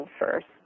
first